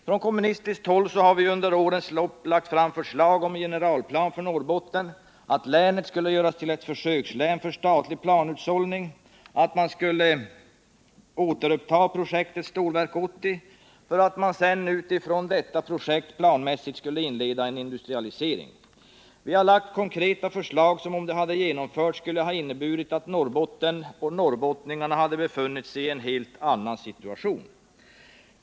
Från kommunistiskt håll har vi under årens lopp lagt fram förslag om en generalplan för Norrbotten, att länet skulle göras till ett försökslän för statlig planhushållning. Vi har föreslagit att man skulle återuppta projektet Stålverk 80, för att sedan utifrån detta stora projekt planmässigt inleda en industrialisering. Vi har lagt fram konkreta förslag som, om de hade genomförts, skulle ha inneburit att Norrbotten och norrbottningarna befunnit sig i en helt annan situation.